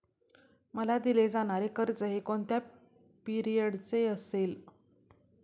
मला दिले जाणारे कर्ज हे कोणत्या पिरियडचे असेल?